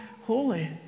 holy